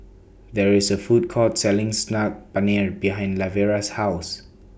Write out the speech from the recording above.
There IS A Food Court Selling Saag Paneer behind Lavera's House